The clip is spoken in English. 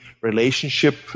relationship